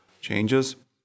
changes